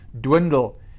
dwindle